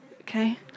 Okay